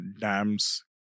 dams